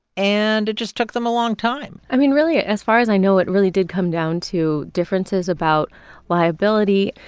and it just took them a long time i mean, really, ah as far as i know, it really did come down to differences about liability.